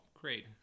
great